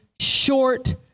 short